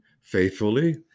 faithfully